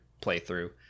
playthrough